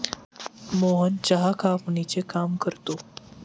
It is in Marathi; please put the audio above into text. मोहन चहा कापणीचे काम करतो